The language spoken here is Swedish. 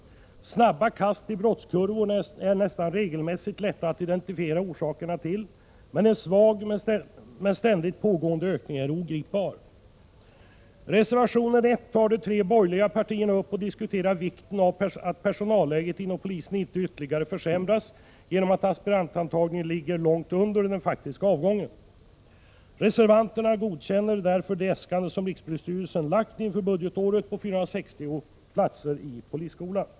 Snabba kast i brottskurvor är nästan regelmässigt lätta att identifiera orsakerna till, men en svag men ständigt pågående ökning är mer ogripbar. I reservation 1 tar de tre borgerliga partierna upp och diskuterar vikten av att personalläget inom polisen inte ytterligare försämras genom att aspirantantagningen ligger långt under den faktiska avgången. Reservanterna godkänner därför det äskande som rikspolisstyrelsen har lagt inför budgetåret på 460 platser i polisskolan.